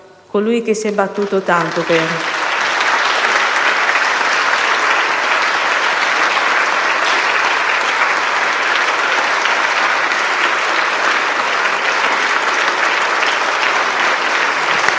colui che si è battuto tanto nella